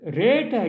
rate